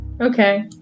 Okay